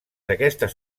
aquestes